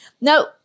Now